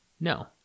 No